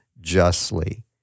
justly